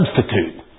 substitute